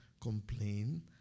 complain